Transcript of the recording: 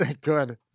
Good